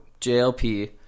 JLP